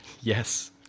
Yes